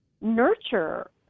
nurture